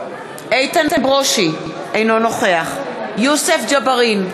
אינו נוכח יוסף ג'בארין,